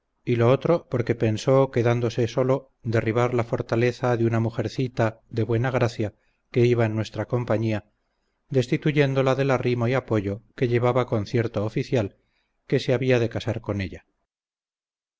y lo otro porque pensó quedándose solo derribar la fortaleza de una mujercita de buena gracia que iba en nuestra compañía destituyéndola del arrimo y apoyo que llevaba con cierto oficial que se había de casar con ella